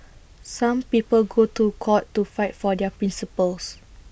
some people go to court to fight for their principles